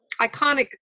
iconic